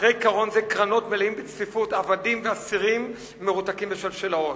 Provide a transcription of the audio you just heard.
אחרי קרון זה קרונות מלאים בצפיפות עבדים ואסירים מרותקים בשלשלאות.